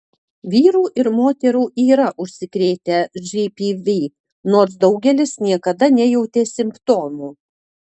vyrų ir moterų yra užsikrėtę žpv nors daugelis niekada nejautė simptomų